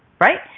Right